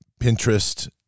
Pinterest